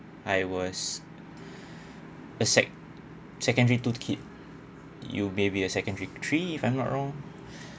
I was a sec~ secondary two kid you may be a secondary three if I'm not wrong